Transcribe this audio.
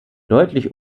deutlich